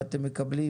מה אתם מקבלים,